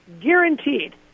guaranteed